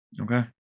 Okay